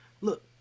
Look